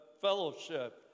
fellowship